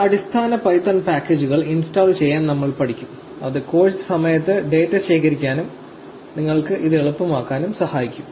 ചില അടിസ്ഥാന പൈത്തൺ പാക്കേജുകൾ ഇൻസ്റ്റാൾ ചെയ്യാൻ നമ്മൾ പഠിക്കും അത് കോഴ്സ് സമയത്ത് ഡാറ്റ ശേഖരിക്കാനും നിങ്ങൾക്ക് ഇത് എളുപ്പമാക്കാനും സഹായിക്കും